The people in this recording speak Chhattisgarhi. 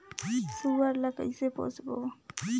सुअर ला कइसे पोसबो?